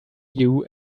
new